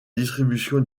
distribution